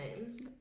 names